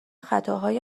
خطاهای